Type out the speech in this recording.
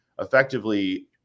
effectively